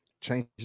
change